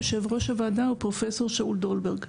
יושב ראש הוועדה הוא פרופ' שאול דולברג.